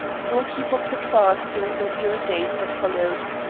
nor keep up the farce during the weary days that followed.